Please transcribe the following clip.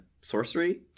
sorcery